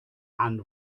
and